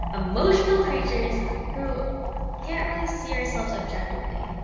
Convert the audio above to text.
emotional creatures who can't really see ourselves objectively,